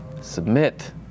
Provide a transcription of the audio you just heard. submit